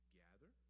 gather